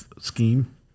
scheme